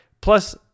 plus